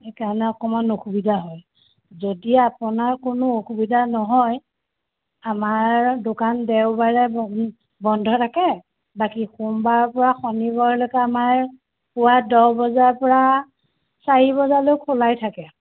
সেইকাৰণে অকণমান অসুবিধা হয় যদি আপোনাৰ কোনো অসুবিধা নহয় আমাৰ দোকান দেওবাৰে বন্ধ থাকে বাকী সোমবাৰৰ পৰা শণিবাৰলৈকে আমাৰ পুৱা দহ বজাৰ পৰা চাৰি বজালৈ খোলাই থাকে